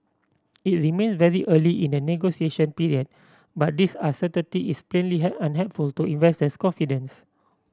it remains very early in the negotiation period but this uncertainty is plainly unhelpful to investor confidence